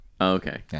okay